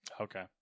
Okay